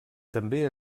també